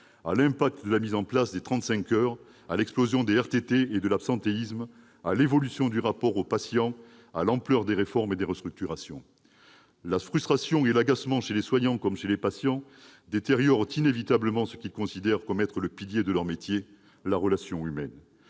l'impact de la mise en place des 35 heures, l'explosion des RTT et de l'absentéisme, l'évolution du rapport aux patients, l'ampleur des réformes et des restructurations. La frustration et l'agacement chez les soignants comme chez les patients détériorent inévitablement ce qu'ils considèrent comme le pilier de leur métier, à savoir la relation humaine.